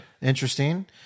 interesting